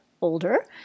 older